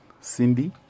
Cindy